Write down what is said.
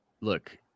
look